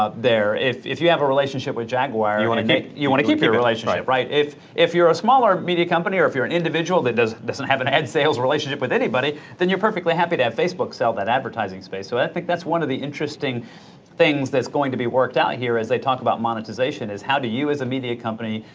if if you have a relationship with jaguar, and you wanna make you wanna keep your relationship, right. if if you're a smaller media company, or if you're an individual that doesn't doesn't have an ad sales relationship with anybody, then you're perfectly happy to have facebook sell that advertising space, so i think that's one of the interesting things that's going to be worked out here, as they talk about monetization, is how do you as a media company,